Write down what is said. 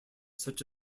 such